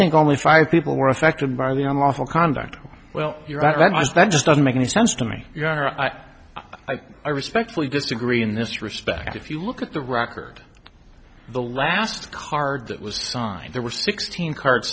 think only five people were affected by the unlawful conduct well you're right that was that just doesn't make any sense to me i think i respectfully disagree in this respect if you look at the record the last card that was signed there were sixteen card